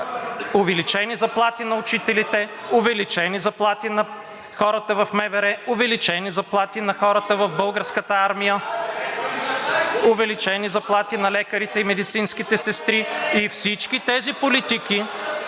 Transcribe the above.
увеличени заплати на учителите; увеличени заплати на хората в МВР; увеличени заплати на хората в Българската армия; увеличени заплати на лекарите и медицинските сестри. (Шум и реплики.)